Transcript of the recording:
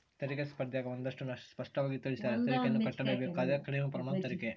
ತೆರಿಗೆ ಸ್ಪರ್ದ್ಯಗ ಒಂದಷ್ಟು ಸ್ಪಷ್ಟವಾಗಿ ತಿಳಿಸ್ಯಾರ, ತೆರಿಗೆಯನ್ನು ಕಟ್ಟಲೇಬೇಕು ಆದರೆ ಕಡಿಮೆ ಪ್ರಮಾಣದ ತೆರಿಗೆ